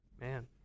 Man